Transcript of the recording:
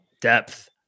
depth